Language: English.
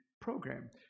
Program